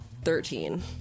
Thirteen